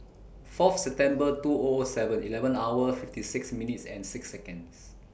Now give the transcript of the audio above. four of September two O O Seven Eleven hours fifty six minutes and six Seconds